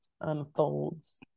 unfolds